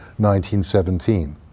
1917